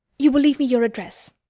you will leave me your address.